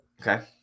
Okay